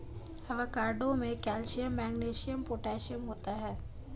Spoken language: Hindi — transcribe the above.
एवोकाडो में कैल्शियम मैग्नीशियम पोटेशियम होता है